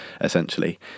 essentially